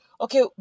okay